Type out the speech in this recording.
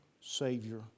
Savior